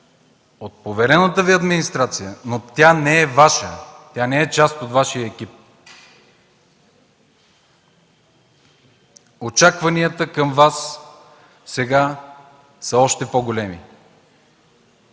от поверената Ви администрация, но тя не е Ваша, тя не е част от Вашия екип. Очакванията към Вас сега са още по-големи,